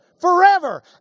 forever